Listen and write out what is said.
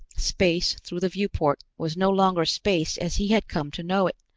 space, through the viewport, was no longer space as he had come to know it,